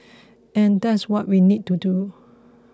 and that's what we need to do